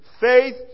Faith